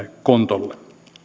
kontolle